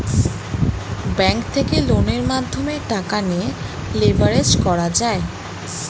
bank থেকে লোনের মাধ্যমে টাকা নিয়ে লেভারেজ করা যায়